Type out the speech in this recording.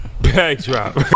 backdrop